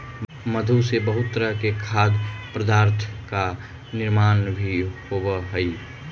मधु से बहुत तरह के खाद्य पदार्थ का निर्माण भी होवअ हई